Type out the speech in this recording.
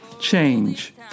change